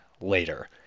later